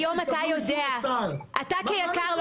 אתה כיק"ר,